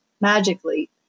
Magically